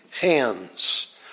hands